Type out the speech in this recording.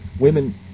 women